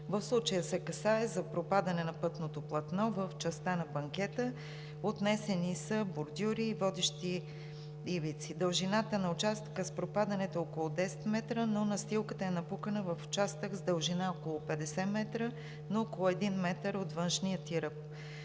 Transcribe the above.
В случая се касае за пропадане на пътното платно в частта на банкета, отнесени са бордюри и водещи ивици. Дължината на участъка с пропадането е около 10 м, но настилката е напукана в участък с дължина около 50 м на около 1 м от външния ѝ ръб.